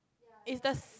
it's the